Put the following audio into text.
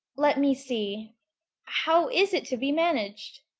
let me see how is it to be managed?